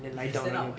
you can stand up [what]